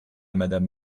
madame